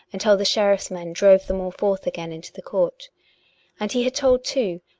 until the sheriff's men drove them all forth again into the court and he had told, too,